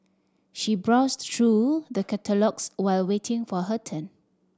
she browsed through the catalogues while waiting for her turn